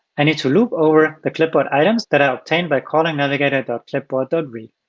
i need to loop over the clipboard items that are obtained by calling navigator clipboard read.